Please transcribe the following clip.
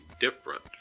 different